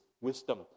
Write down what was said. wisdom